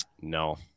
no